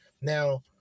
now